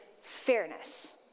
fairness